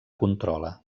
controla